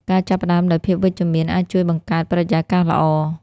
ការចាប់ផ្តើមដោយភាពវិជ្ជមានអាចជួយបង្កើតបរិយាកាសល្អ។